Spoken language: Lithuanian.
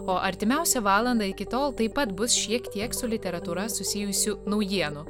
o artimiausią valandą iki tol taip pat bus šiek tiek su literatūra susijusių naujienų